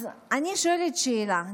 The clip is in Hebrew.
אז אני שואלת שאלה,